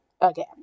Again